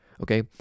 okay